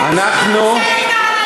בית-המשפט פסל את כהנא,